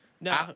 No